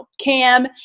Cam